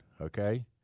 okay